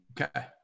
Okay